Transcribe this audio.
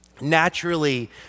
naturally